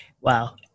Wow